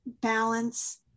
balance